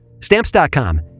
stamps.com